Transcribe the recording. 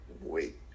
wait